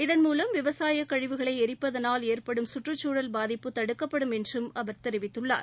இதன்மூலம் விவசாய கழிகளை ளிப்பதனால் ஏற்படும் சுற்றுச்சூழல் பாதிப்பு தடுக்கப்படும் என்றும் அவர் தெரிவித்துள்ளார்